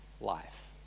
life